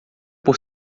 por